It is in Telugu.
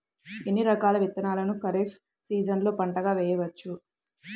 ఎన్ని రకాల విత్తనాలను ఖరీఫ్ సీజన్లో పంటగా వేయచ్చు?